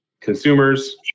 consumers